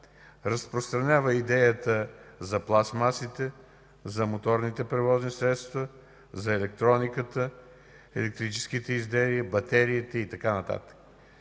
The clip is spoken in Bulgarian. разпространява идеята за пластмасите, моторните превозни средства, електрониката, електрическите изделия, батериите и така нататък.